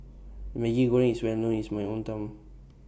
Maggi Goreng IS Well known in My Hometown